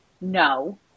no